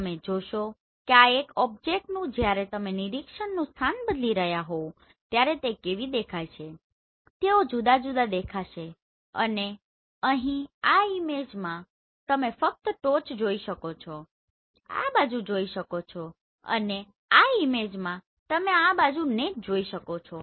તમે જોશો કે આ એક ઓબ્જેક્ટનુ જ્યારે તમે નિરીક્ષણનું સ્થાન બદલી રહ્યા હોવ ત્યારે તે કેવી દેખાય છે તો તેઓ જુદા જુદા દેખાશે અને અહીં આ ઇમેજમાં તમે ફક્ત ટોચ જોઈ શકો છો આ બાજુ જોઈ શકો છો અને આ ઈમેજમાં તમે આ બાજુને જ જોઈ શકો છો